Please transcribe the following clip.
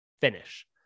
finish